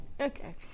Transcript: Okay